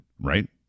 right